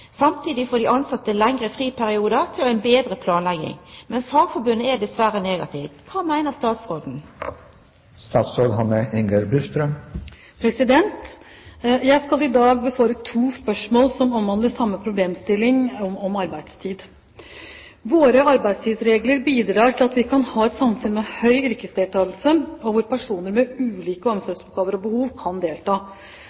Samtidig får de ansatte lengre friperioder til en bedre planlegging. Men Fagforbundet er negativ. Hva mener statsråden?» Jeg skal i dag besvare to spørsmål som omhandler samme problemstilling, om arbeidstid. Våre arbeidstidsregler bidrar til at vi kan ha et samfunn med høy yrkesdeltakelse og hvor personer med ulike